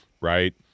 right